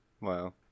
Wow